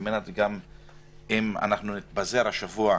גם על מנת שאם נתפזר השבוע,